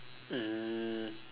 mm